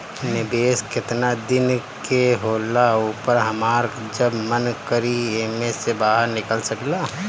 निवेस केतना दिन के होला अउर हमार जब मन करि एमे से बहार निकल सकिला?